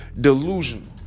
delusional